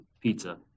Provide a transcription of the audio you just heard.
pizza